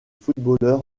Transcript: footballeur